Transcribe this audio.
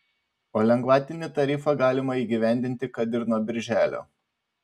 o lengvatinį tarifą galima įgyvendinti kad ir nuo birželio